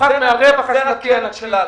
זה החזר הקרן של ההלוואה,